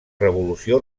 revolució